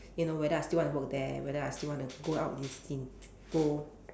you know whether I still want to work there whether I still want to go out with this go